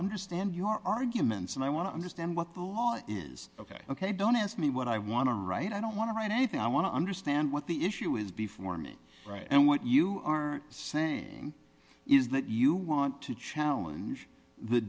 understand your arguments and i want to understand what the law is ok ok don't ask me what i want to write i don't want to write anything i want to understand what the issue is before me right and what you are saying is that you want to challenge the